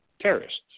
terrorists